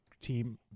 team